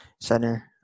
Center